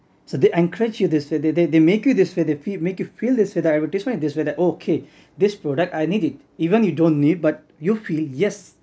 so they encourage you this way they they they make you this way they make you feel this way with the advertisement where okay this product I need it even you don't need but you feel yes